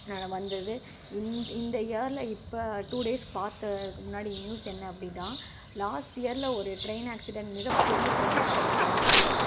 முன்னால் வந்தது இந் இந்த இயர்ல இப்போ டூ டேஸ் பார்த்ததுக்கு முன்னாடி நியூஸ் என்ன அப்டேட்டா லாஸ்ட் இயர்ல ஒரு ட்ரெயின் ஆக்ஸிடெண்ட் மிகப்பெரிய ட்ரெயின் ஆக்ஸிடெண்ட் நடந்துச்சு